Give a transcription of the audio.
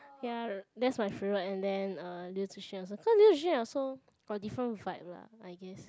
ya that's my favourite and then uh Liu Zi Xuan also cause Liu Zi Xuan also got different vibe lah I guess